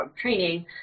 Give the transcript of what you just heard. training